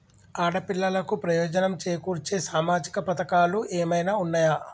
ఆడపిల్లలకు ప్రయోజనం చేకూర్చే సామాజిక పథకాలు ఏమైనా ఉన్నయా?